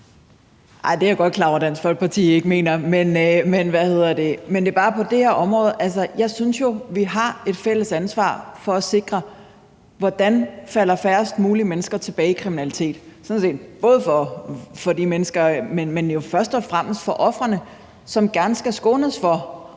Det er jeg godt klar over at Dansk Folkeparti ikke mener, men der er bare det her område. Jeg synes jo, at vi har et fælles ansvar for at sikre, at færrest mulige mennesker falder tilbage i kriminalitet, sådan set både for de menneskers skyld, men jo først og fremmest for ofrenes skyld, som gerne skal skånes for